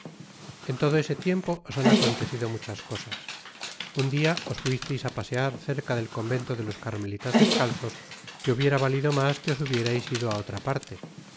en todo ese tiempo os han acontecido muchas cosas un dia os fuisteis á pasear cerca el convento de los carmelitas descalzos que hubiera valido mas que os hubierais ido á otra parte